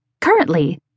Currently